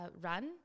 run